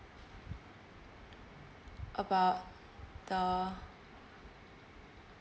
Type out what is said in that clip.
about the